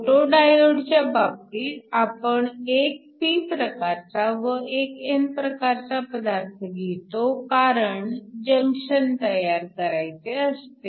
photo diode च्या बाबतीत आपण एक p प्रकारचा व एक n प्रकारचा पदार्थ घेतो कारण जंक्शन तयार करायचे असते